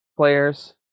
players